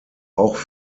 auch